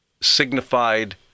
signified